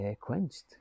quenched